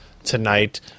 tonight